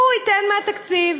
הוא ייתן מהתקציב.